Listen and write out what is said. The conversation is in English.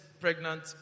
pregnant